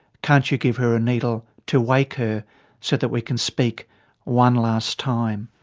can't you give her a needle to wake her so that we can speak one last time?